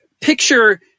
picture